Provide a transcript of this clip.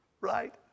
right